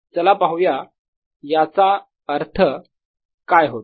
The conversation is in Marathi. चला पाहूया याचा अर्थ काय होतो